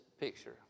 picture